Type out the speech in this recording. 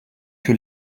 que